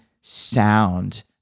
sound